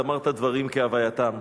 אמרת דברים כהווייתם.